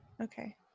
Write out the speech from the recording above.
Okay